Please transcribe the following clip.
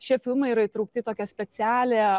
šie filmai yra įtraukti į tokią specialią